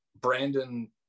Brandon